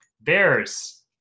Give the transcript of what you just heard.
Bears